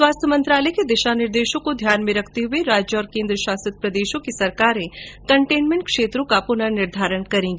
स्वास्थ्य मंत्रालय के दिशा निर्देशों को ध्यान में रखते हुए राज्य और केन्द्रशासित प्रदेशों की सरकारें कंटेनमेंट क्षेत्रों का परिसीमन करेंगी